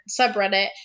subreddit